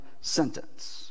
sentence